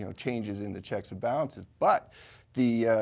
you know changes in the checks and balances. but the